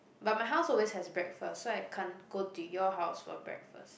but my house always has breakfast so I can't go to your house for breakfast